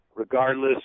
Regardless